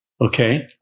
Okay